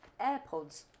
AirPods